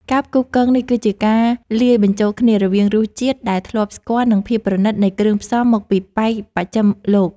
ការផ្គូផ្គងនេះគឺជាការលាយបញ្ចូលគ្នារវាងរសជាតិដែលធ្លាប់ស្គាល់និងភាពប្រណីតនៃគ្រឿងផ្សំមកពីប៉ែកបស្ចិមលោក។